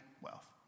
wealth